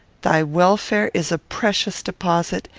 thy welfare is a precious deposit,